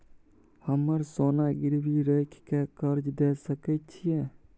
हमरा सोना गिरवी रखय के कर्ज दै सकै छिए?